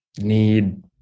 need